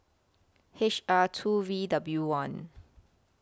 H R two V W one